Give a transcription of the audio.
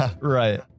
right